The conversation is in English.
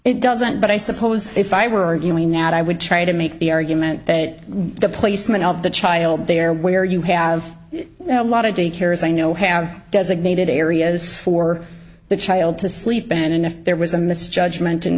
it doesn't but i suppose if i were arguing now i would try to make the argument that the placement of the child there where you have now a lot of daycare is i know have designated areas for the child to sleep in and if there was a misjudgment